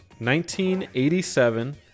1987